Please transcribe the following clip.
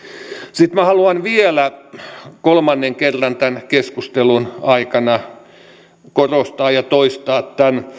sitten minä haluan vielä kolmannen kerran tämän keskustelun aikana korostaa ja toistaa